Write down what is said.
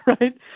right